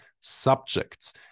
subjects